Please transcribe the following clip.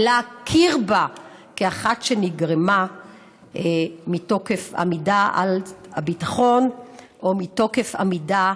ולהכיר בה כאחת שנגרמה מתוקף עמידה על הביטחון או מתוקף עמידה